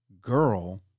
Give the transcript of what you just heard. girl